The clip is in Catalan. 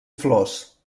flors